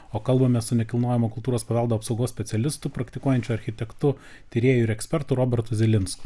o kalbamės su nekilnojamo kultūros paveldo apsaugos specialistu praktikuojančiu architektu tyrėju ir ekspertu robertu zilinsku